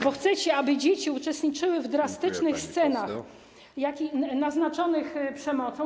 Bo chcecie, aby dzieci uczestniczyły w drastycznych scenach naznaczonych przemocą.